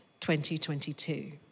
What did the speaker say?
2022